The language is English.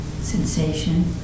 sensation